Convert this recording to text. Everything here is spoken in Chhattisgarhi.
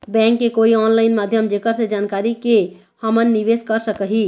बैंक के कोई ऑनलाइन माध्यम जेकर से जानकारी के के हमन निवेस कर सकही?